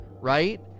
right